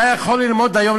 אתה יכול ללמוד היום,